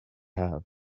have